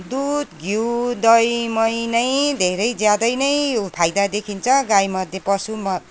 दुध घिउ दही मही नै धेरै ज्यादै नै फाइदा देखिन्छ गाईमध्ये पशुमा